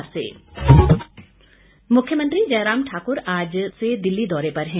मुख्यमंत्री मुख्यमंत्री जयराम ठाकुर आज से दिल्ली दौरे पर हैं